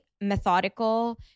methodical